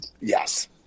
Yes